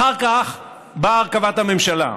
אחר כך באה הרכבת הממשלה.